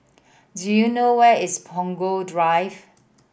do you know where is Punggol Drive